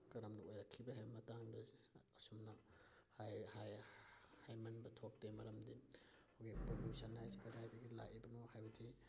ꯀꯔꯝꯅ ꯑꯣꯏꯔꯛꯈꯤꯕꯒꯦ ꯍꯥꯏꯕꯒꯤ ꯃꯇꯥꯡꯗ ꯑꯁꯨꯝꯅ ꯍꯥꯏꯃꯟꯕ ꯊꯣꯛꯇꯦ ꯃꯔꯝꯗꯤ ꯑꯩꯈꯣꯏꯒꯤ ꯄꯣꯂꯨꯁꯟ ꯍꯥꯏꯁꯦ ꯀꯗꯥꯏꯗꯒꯤ ꯂꯥꯛꯏꯕꯅꯣ ꯍꯥꯏꯕꯗꯤ